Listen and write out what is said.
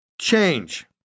change